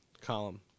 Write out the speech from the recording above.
column